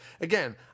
again